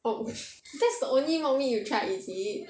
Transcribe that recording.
oh that's the only mock meat you tried is it